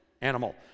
animal